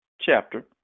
chapter